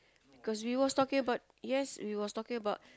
cause we was talking about yes we was talking about